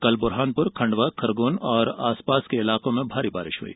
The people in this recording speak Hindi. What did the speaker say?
कल ब्रहानपुर खंडवा खरगोन और आसपास के इलाकों में भारी बारिश हई